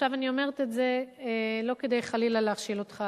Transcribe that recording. אני אומרת את זה לא כדי חלילה להכשיל אותך,